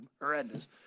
Horrendous